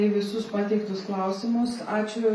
į visus pateiktus klausimus ačiū